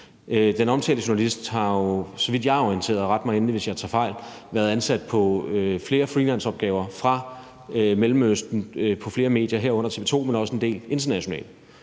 Den omtalte journalist har jo, så vidt jeg er orienteret – ret mig endelig, hvis jeg tager fejl – været ansat på flere freelanceopgaver fra Mellemøsten på flere medier, herunder TV 2, men også en del internationale.